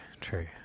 true